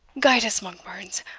guide us, monkbarns!